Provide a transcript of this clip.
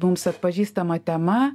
mums atpažįstama tema